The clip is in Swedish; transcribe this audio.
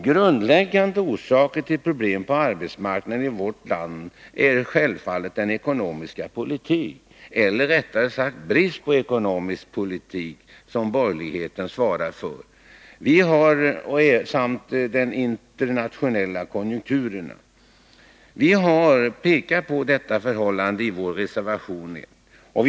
Grundläggande orsaker till problemen på arbetsmarknaden i vårt land är självfallet den ekonomiska politik — eller rättare sagt brist på ekonomisk politik — som borgerligheten svarat för samt den internationella konjunkturen. Vi har pekat på detta förhållande i vår reservation nr 1.